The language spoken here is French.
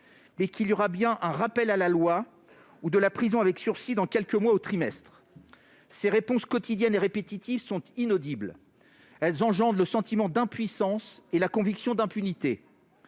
mais qu'il y aura bien un rappel à la loi ou de la prison avec sursis dans quelques mois ou trimestres. Ces réponses quotidiennes et répétitives sont inaudibles. Elles engendrent le sentiment d'impuissance et la conviction d'impunité